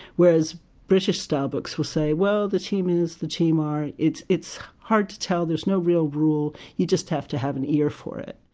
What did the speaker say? whereas british style books will say, well! the team is! the team are, it's it's hard to tell there's no real rule. you just have to have an ear for it,